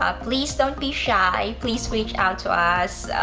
ah please don't be shy please reach out to us.